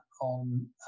on